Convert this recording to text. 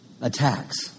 Attacks